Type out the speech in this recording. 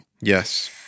Yes